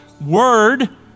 word